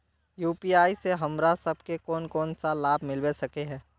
UPI से हमरा सब के कोन कोन सा लाभ मिलबे सके है?